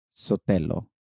Sotelo